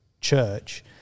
church